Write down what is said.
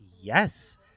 yes